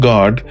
God